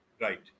Right